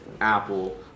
Apple